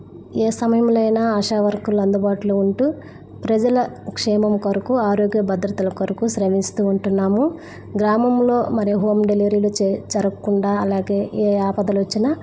ఏ సమయంలో అయినా ఆశా వర్కర్లు అందుబాటులో ఉంటూ ప్రజల క్షేమం కొరకు ఆరోగ్య భద్రతల కొరకు శ్రమిస్తూ ఉంటున్నాము గ్రామంలో మరియు హోమ్ డెలివరీలు చే జరక్కుండా అలాగే ఏ ఆపదలొచ్చినా